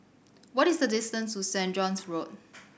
what is the distance to Saint John's Road